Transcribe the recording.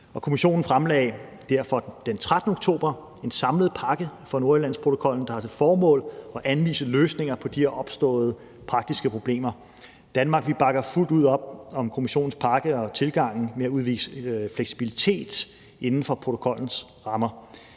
Kommissionen fremlagde derfor den 13. oktober 2021 en samlet pakke for Nordirlandsprotokollen, der har til formål at anvise løsninger på de her opståede praktiske problemer. Danmark bakker fuldt ud op om Kommissionens pakke og om tilgangen med at udvise fleksibilitet inden for protokollens rammer.